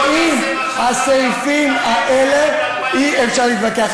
ועם הסעיפים האלה אי-אפשר להתווכח.